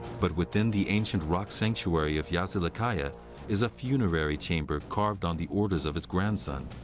but within the ancient rock sanctuary of yazilikaya is a funerary chamber carved on the orders of his grandson.